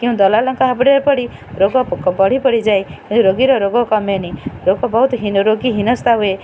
କିନ୍ତୁ ଦଲାଲଙ୍କ ହାବୁଡ଼ରେ ପଡ଼ି ରୋଗ ବଢ଼ି ବଢ଼ିଯାଏ ହେଲେ ରୋଗୀର ରୋଗ କମେନି ବହୁତ ହୀନ ରୋଗୀ ହିନସ୍ତା ହୁଏ